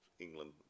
England